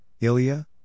Ilya